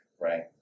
right